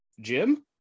jim